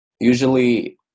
Usually